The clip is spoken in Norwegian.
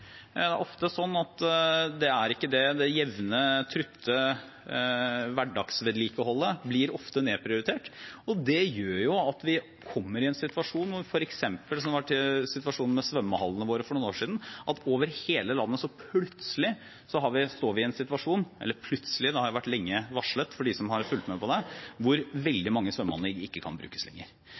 Det er ofte sånn at det jevne, trutte hverdagsvedlikeholdet blir nedprioritert, og det gjør jo at vi kommer i en situasjon som f.eks. situasjonen med svømmehallene våre for noen år siden: Over hele landet sto vi plutselig i en situasjon – eller plutselig, det hadde jo lenge vært varslet av dem som hadde fulgt med på det – hvor veldig mange svømmeanlegg ikke kunne brukes lenger.